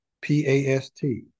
P-A-S-T